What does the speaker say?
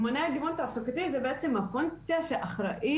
ממונה גיוון תעסוקתי זה בעצם הפונקציה שאחראית,